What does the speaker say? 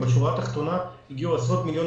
ובשורה התחתונה הגיע עשרות מיליונים